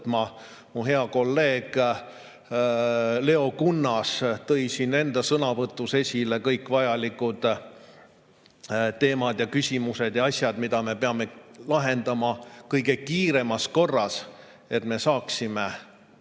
võtma. Mu hea kolleeg Leo Kunnas tõi siin enda sõnavõtus esile kõik vajalikud teemad ja küsimused ja asjad, mis me peame lahendama kõige kiiremas korras, et saaksime